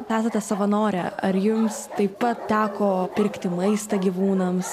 esate savanorė ar jums taip pat teko pirkti maistą gyvūnams